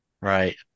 Right